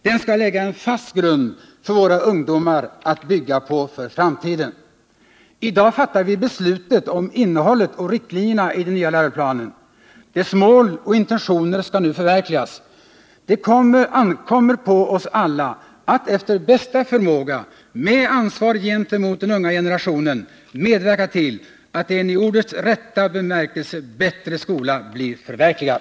Den skall lägga en fast grund för våra ungdomar att bygga på för framtiden. I dag fattar vi beslut om innehållet i och riktlinjerna för den nya läroplanen. Dess mål och intentioner skall nu förverkligas. Det ankommer på oss alla att efter bästa förmåga med ansvar gentemot den unga generationen medverka till att en i ordets rätta bemärkelse bättre skola blir förverkligad.